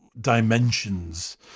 dimensions